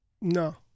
No